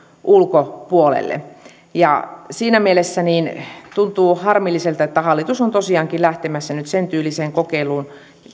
ulkopuolelle ja siinä mielessä tuntuu harmilliselta että hallitus on tosiaankin lähtemässä nyt sentyyliseen kokeiluun